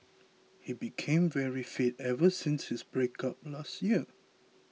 he became very fit ever since his breakup last year